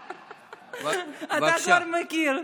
אתה כבר מכיר.